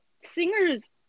singers